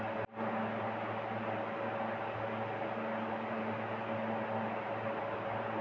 भुइमुगा साठी कोनचं तंत्र वापराले पायजे यावे?